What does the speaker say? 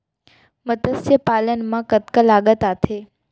मतस्य पालन मा कतका लागत आथे?